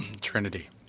Trinity